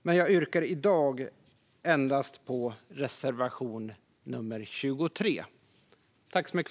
Men jag yrkar i dag bifall endast till reservation nr 23.